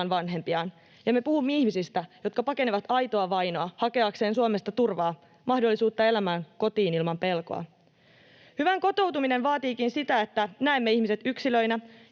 ja me puhumme ihmisistä, jotka pakenevat aitoa vainoa hakeakseen Suomesta turvaa, mahdollisuutta elämään, kotia ilman pelkoa. Hyvä kotoutuminen vaatiikin sitä, että näemme ihmiset yksilöinä